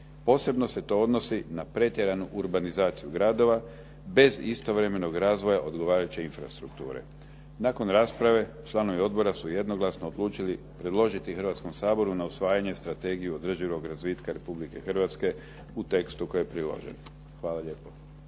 Posebno se to odnosi na pretjeranu urbanizaciju gradova bez istovremenog razvoja odgovarajuće infrastrukture. Nakon rasprave članovi odbora su jednoglasno odlučili predložiti Hrvatskom saboru na usvajanje Strategiju održivog razvitka Republike Hrvatske u tekstu koji je priložen. Hvala lijepo.